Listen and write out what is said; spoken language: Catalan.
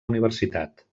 universitat